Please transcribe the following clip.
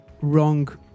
wrong